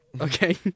Okay